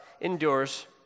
endures